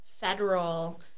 federal